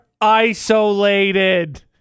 isolated